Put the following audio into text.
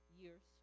years